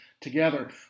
together